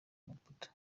maputo